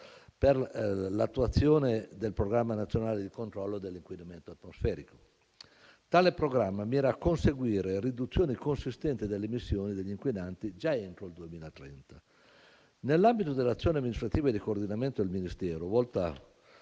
per l'attuazione del programma nazionale di controllo dell'inquinamento atmosferico. Tale programma mira a conseguire riduzioni consistenti delle emissioni degli inquinanti già entro il 2030. Nell'ambito dell'azione amministrativa e di coordinamento del Ministero, volta